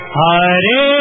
Hare